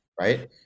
right